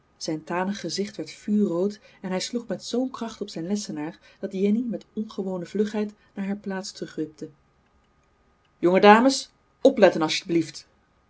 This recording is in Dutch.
zijn tanig gezicht werd vuurrood en hij sloeg met zoo'n kracht op zijn lessenaar dat jenny met ongewone vlugheid naar haar plaats terugwipte jonge dames opletten